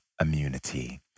immunity